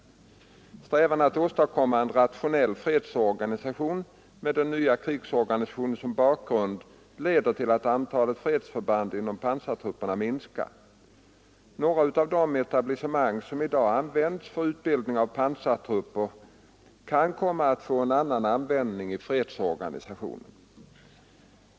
Strävan att åstadkomma en rationell fredsorganisation med den nya krigsorganisationen som bakgrund leder till att antalet fredsförband inom pansartrupperna 13 minskar. Några av de etablissement som i dag används för utbildning av pansartrupper kan komma att få en annan användning i fredsorganisationen.